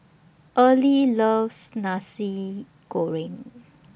Early loves Nasi Goreng